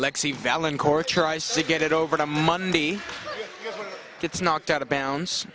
lexie valen court tries to get it over to monday gets knocked out of bounds